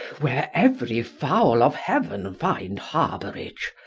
where every fowl of heaven find harborage,